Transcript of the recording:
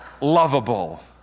lovable